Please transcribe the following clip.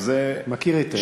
מכיר היטב.